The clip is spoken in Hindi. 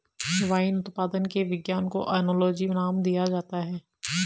वाइन उत्पादन के विज्ञान को ओनोलॉजी नाम दिया जाता है